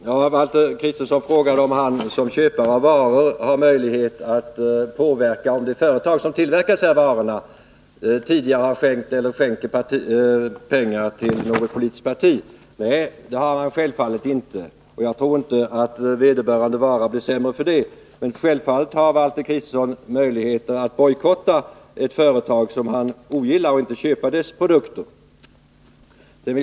Herr talman! Valter Kristenson frågade om han såsom köpare av varor har möjlighet att påverka det företag som tillverkar dessa varor, om det företaget tidigare har skänkt eller skänker pengar till något visst parti. Nej, det har han självfallet inte — och jag tror inte att vederbörande vara blir sämre för det. Men självfallet har Valter Kristenson möjlighet att bojkotta företag som han ogillar genom att inte köpa deras produkter.